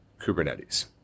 Kubernetes